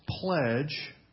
pledge